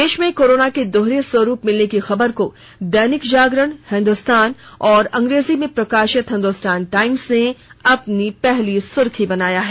देश में कोरोना के दोहरे स्वरूप मिलने की खबर को दैनिक जागरण हिंदुस्तान और अंग्रेजी में प्रकाशित हिंदुस्तान टाइम्स ने अपनी पहली सुर्खी बनाया है